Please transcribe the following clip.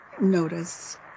notice